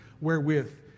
wherewith